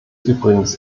übrigens